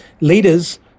Leaders